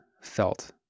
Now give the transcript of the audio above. felt